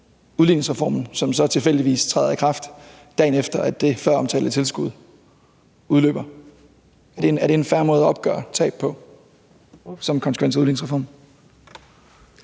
udligningsreformen, som så tilfældigvis træder i kraft, dagen efter det føromtalte tilskud udløber? Er det en fair måde at opgøre tab på at betegne det som en konsekvens af udligningsreformen?